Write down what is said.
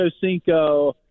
Cinco